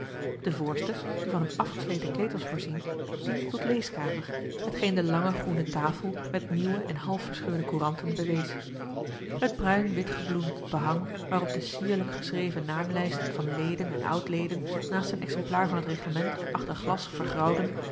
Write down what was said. de voorste die van een afgesleten kleed was voorzien diende tot leeskamer hetgeen de lange groene tafel met nieuwe en half verscheurde couranten bewees het bruin witgebloemd behang waarop de sierlijk geschreven naamlijsten van leden en oud leden naast een exemplaar van het reglement achter glas